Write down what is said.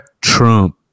Trump